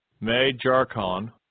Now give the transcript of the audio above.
May-Jarkon